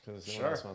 Sure